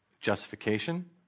justification